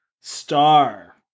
Star